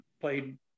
played